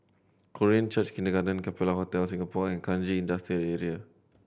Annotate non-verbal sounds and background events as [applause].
Korean Church Kindergarten Capella Hotel Singapore and Kranji Industrial [unintelligible]